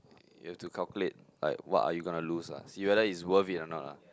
you have to calculate like what are you gonna lose ah see whether it's worth it or not ah